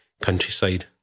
countryside